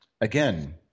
again –